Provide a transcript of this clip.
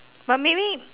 but maybe